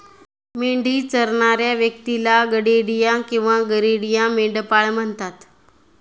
मेंढी चरणाऱ्या व्यक्तीला गडेडिया किंवा गरेडिया, मेंढपाळ म्हणतात